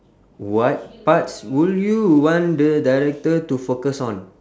what parts will you want the director to focus on